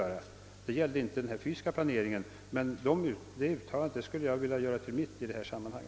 Detta uttalande gällde inte den fysiska planeringen, men jag skulle vilja göra det till mitt i detta sammanhang.